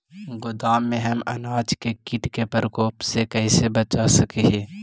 गोदाम में हम अनाज के किट के प्रकोप से कैसे बचा सक हिय?